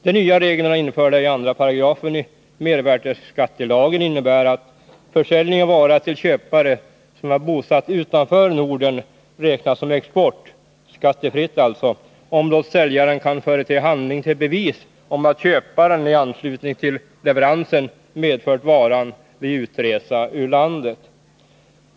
De nya reglerna, införda i 2 a § mervärdeskattelagen, innebär att försäljning av vara till köpare som är bosatt utanför Norden räknas som export och alltså blir skattefri, om blott säljaren kan förete handling till bevis att köparen i anslutning till leveransen medfört varan vid utresa ur landet.